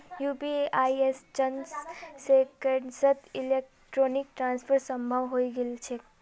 UPI स चंद सेकंड्सत इलेक्ट्रॉनिक ट्रांसफर संभव हई गेल छेक